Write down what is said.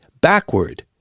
backward